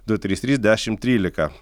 du trys trys dešim trylika